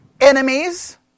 enemies